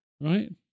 Right